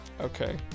Okay